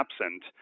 absent